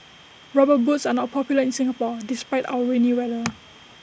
rubber boots are not popular in Singapore despite our rainy weather